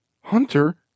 hunter